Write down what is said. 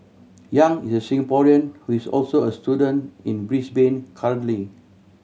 Yang is a Singaporean who is also a student in Brisbane currently